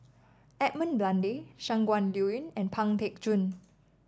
Edmund Blundell Shangguan Liuyun and Pang Teck Joon